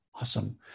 Awesome